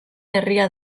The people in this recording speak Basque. herria